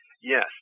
yes